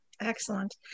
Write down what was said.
Excellent